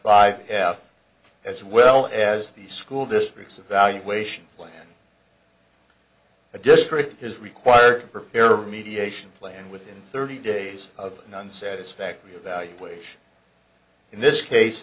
five as well as the school districts evaluation plan a district is required to prepare remediation plan within thirty days of one satisfactory evaluation in this case